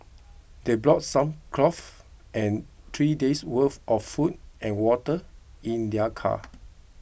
they brought some clothes and three days' worth of food and water in their car